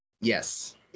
yes